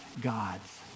gods